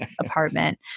apartment